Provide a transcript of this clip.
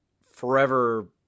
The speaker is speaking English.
forever